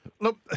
Look